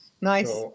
Nice